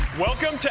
welcome